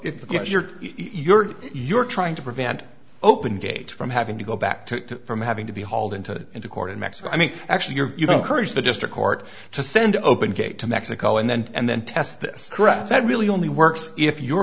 that you're you're you're trying to prevent open gate from having to go back to from having to be hauled into into court in mexico i mean actually your courage the district court to send open gate to mexico and then and then test this crap that really only works if you